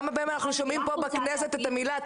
כמה פעמים אנחנו שומעים פה בכנסת את המילה,